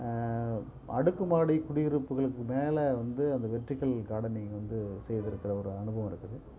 அடுக்கு மாடி குடியிருப்புகளுக்கு மேலே வந்து அந்த வெர்டிகள் கார்டனிங் வந்து செய்து இருக்கிற ஒரு அனுபவம் இருக்குது